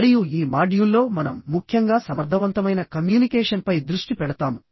మరియు ఈ మాడ్యూల్లో మనం ముఖ్యంగా సమర్థవంతమైన కమ్యూనికేషన్పై దృష్టి పెడతాము